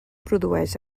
produeix